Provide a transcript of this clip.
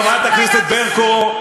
חברת הכנסת ברקו,